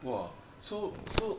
!wah! so so